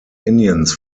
indians